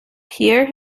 pierre